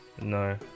No